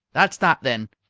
that's that, then,